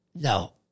No